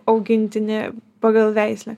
augintinį pagal veislę